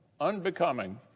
unbecoming